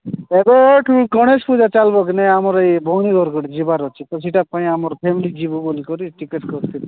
ଏବେ ଏଠୁ ଗଣେଶ ପୂଜା ଚାଲିବ କି ନାଇଁ ଆମର ଏଇ ଭଉଣୀ ଘର ଗୁଟେ ଯିବାର ଅଛି ତ ସେଇଟା ପାଇଁ ଆମର ଫ୍ୟାମିଲି ଯିବୁ ବଲିକରି ଟିକେଟ୍ କରିଥିଲି